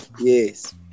Yes